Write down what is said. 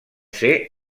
ser